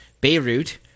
Beirut